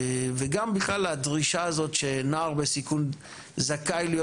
וגם בכלל הדרישה הזאת שנער בסיכון זכאי להיות